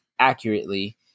accurately